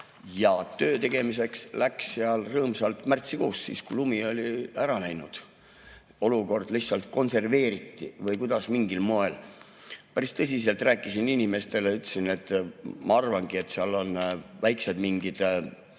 ja töö tegemiseks läks seal rõõmsalt märtsikuus, siis kui lumi oli ära läinud. Olukord lihtsalt konserveeriti mingil moel. Päris tõsiselt rääkisin inimestele, ütlesin, et ma arvangi, et seal on mingid